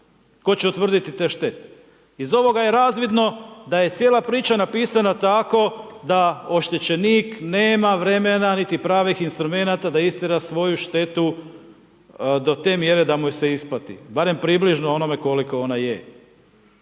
Tko će utvrditi te štete? Iz ovoga je razvidno da je cijela priča na pisana tako da oštećenik nema vremena niti pravih instrumenata da istjera svoju štetu do te mjere da mu se isplati barem približno onome koliko ona je.